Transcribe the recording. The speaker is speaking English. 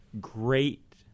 great